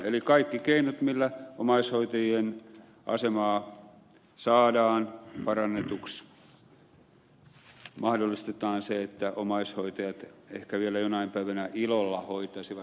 eli kaikilla keinoilla joilla omaishoitajien asemaa saadaan parannetuksi mahdollistetaan se että omaishoitajat ehkä vielä jonain päivänä ilolla hoitaisivat